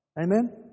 Amen